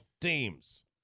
teams